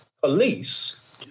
police